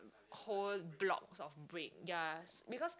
whole blocks of breaks ya because